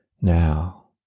Now